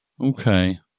Okay